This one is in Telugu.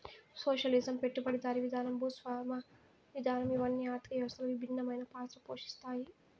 సోషలిజం పెట్టుబడిదారీ విధానం భూస్వామ్య విధానం ఇవన్ని ఆర్థిక వ్యవస్థలో భిన్నమైన పాత్ర పోషిత్తాయి